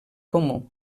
comú